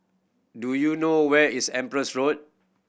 do you know where is Empress Road